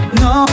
no